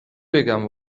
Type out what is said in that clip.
بگم